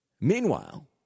Meanwhile